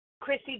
Chrissy